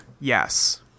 yes